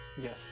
yes